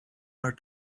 are